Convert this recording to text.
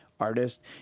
artist